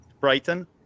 Brighton